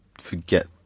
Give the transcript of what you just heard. forget